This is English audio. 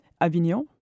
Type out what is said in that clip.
Avignon